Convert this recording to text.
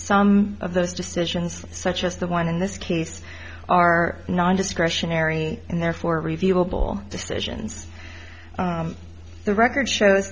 some of those decisions such as the one in this case are nondiscretionary and therefore reviewable decisions the record shows